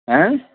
ہاں